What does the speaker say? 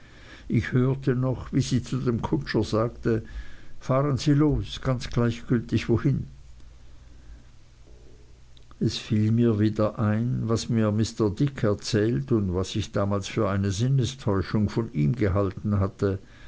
ich hörte noch wie sie zu dem kutscher sagte fahren sie los ganz gleichgültig wohin es fiel mir wieder ein was mir mr dick erzählt und was ich damals für eine sinnestäuschung von ihm gehalten hatte